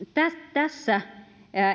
tässä